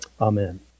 Amen